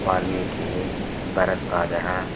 वाल्मीकिः भरद्वाजः